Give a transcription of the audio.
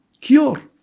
Cure